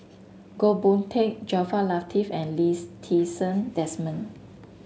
Goh Boon Teck Jaafar Latiff and Lees Ti Seng Desmond